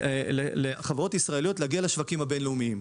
לחברות ישראליות להגיע לשווקים הבין-לאומיים.